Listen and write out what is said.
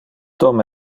tom